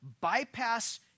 bypass